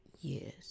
years